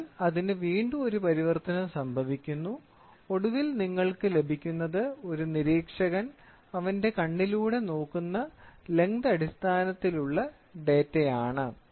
അതിനാൽ അതിന് വീണ്ടും ഒരു പരിവർത്തനം സംഭവിക്കുന്നു ഒടുവിൽ നിങ്ങൾക്ക് ലഭിക്കുന്നത് ഒരു നിരീക്ഷകൻ അവന്റെ കണ്ണിലൂടെ നോക്കുന്ന ലെങ്ത് അടിസ്ഥാനത്തിലുള്ള ഡാറ്റയാണ്